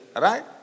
Right